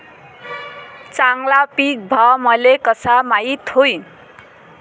चांगला पीक भाव मले कसा माइत होईन?